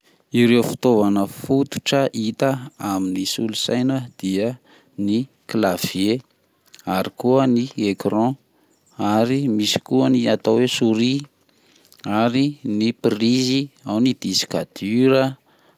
Ireo fitaovana fototra hita amin'ny solosaina dia ny clavier ary ko ny ecran ary misy koa ny atao hoe souris, ary ny prise, ao ny disque dure.